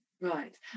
Right